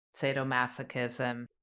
sadomasochism